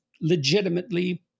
legitimately